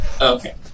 Okay